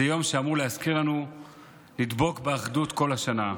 זה יום שאמור להזכיר לנו לדבוק באחדות כל השנה.